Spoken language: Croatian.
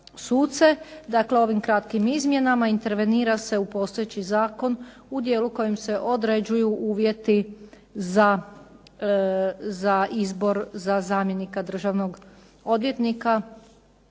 Dakle ovim kratkim izmjenama intervenira se u postojeći zakon u dijelu kojim se određuju uvjeti za izbor za zamjenika državnog odvjetnika